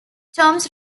toms